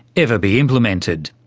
ever be implemented?